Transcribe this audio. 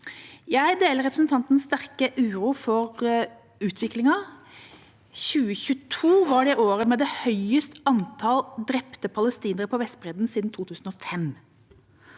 Jeg deler representantens sterke uro for utviklingen. 2022 var det året med høyest antall drepte palestinere på Vestbredden siden 2005.